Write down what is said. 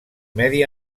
medi